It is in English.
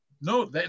no